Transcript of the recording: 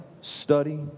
study